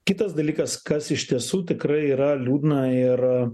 kitas dalykas kas iš tiesų tikrai yra liūdna ir